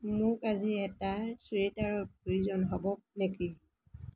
মোক আজি এটা চুৱেটাৰৰ প্ৰয়োজন হ'ব নেকি